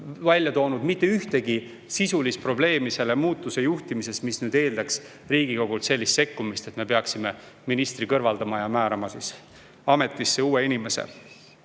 mitte ühtegi sisulist probleemi selle muutuse juhtimises, mis eeldaks nüüd Riigikogult sellist sekkumist, et me peaksime ministri kõrvaldama ja määrama ametisse uue inimese. Nii